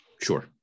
Sure